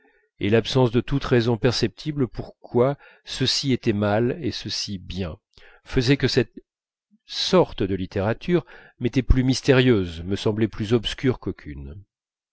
et l'absence de toute raison perceptible pour quoi ceci était mal et ceci bien faisait que cette sorte de littérature m'était plus mystérieuse me semblait plus obscure qu'aucune